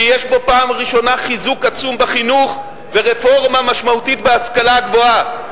כי יש בו פעם ראשונה חיזוק עצום בחינוך ורפורמה משמעותית בהשכלה הגבוהה.